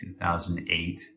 2008